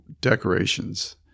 decorations